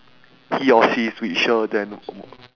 he or she is richer than